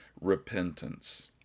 repentance